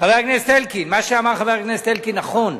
חבר הכנסת אלקין, מה שאמר חבר הכנסת אלקין נכון.